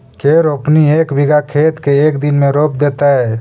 के रोपनी एक बिघा खेत के एक दिन में रोप देतै?